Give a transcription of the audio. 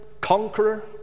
conqueror